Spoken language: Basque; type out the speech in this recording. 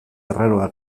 arraroa